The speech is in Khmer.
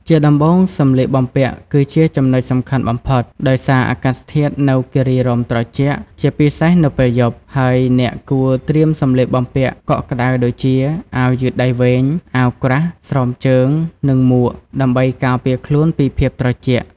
ជាដំបូង សម្លៀកបំពាក់ គឺជាចំណុចសំខាន់បំផុត ដោយសារអាកាសធាតុនៅគិរីរម្យត្រជាក់ ជាពិសេសនៅពេលយប់ ហើយអ្នកគួរត្រៀមសម្លៀកបំពាក់កក់ក្តៅដូចជា អាវយឺតដៃវែង អាវក្រាស់ ស្រោមជើង និងមួក ដើម្បីការពារខ្លួនពីភាពត្រជាក់។